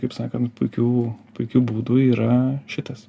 kaip sakant puikių puikių būdų yra šitas